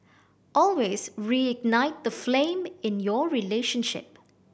always reignite the flame in your relationship